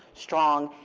strong,